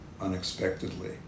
unexpectedly